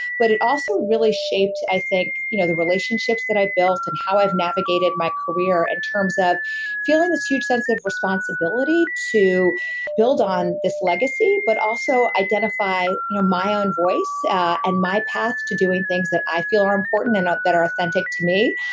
but it also really shaped, i think, you know the relationships that i built and how i've navigated my career in and terms of feeling this huge sense of responsibility to build on this legacy, but also identify you know my own voice and my path to doing things that i feel are important and that are authentic to me.